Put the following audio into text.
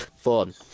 fun